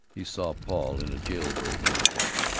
he saw paul in a jailbird's uniform,